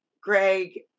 greg